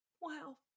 Wow